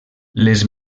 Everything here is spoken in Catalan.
les